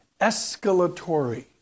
Escalatory